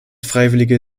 freiwillige